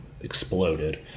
exploded